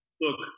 look